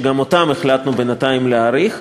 וגם את פעילותם החלטנו בינתיים להאריך,